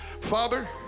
Father